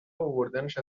اوردنش